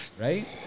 right